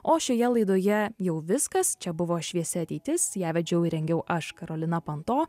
o šioje laidoje jau viskas čia buvo šviesi ateitis ją vedžiau ir rengiau aš karolina panto